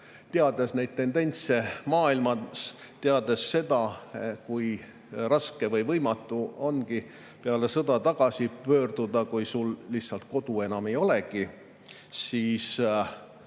teades neid tendentse maailmas, teades seda, kui raske või võimatu on peale sõda tagasi pöörduda, kui sul lihtsalt kodu enam ei olegi, võib